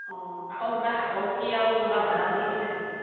অঁ আকৌ কিবা শাকৰ গুটি আৰু এনেকুৱা বাদাম আহিছিলেনি